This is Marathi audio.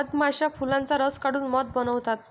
मधमाश्या फुलांचा रस काढून मध बनवतात